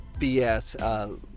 BS